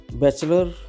Bachelor